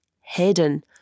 hidden